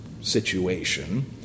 situation